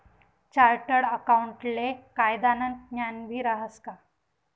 chartered अकाऊंटले कायदानं ज्ञानबी रहास का